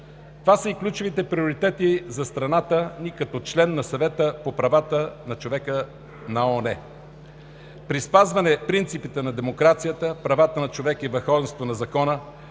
Това са и ключовите приоритети за страната ни като член на Съвета на ООН по правата на човека. При спазване принципите на демокрацията, правата на човека и върховенството на закона